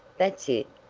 that's it,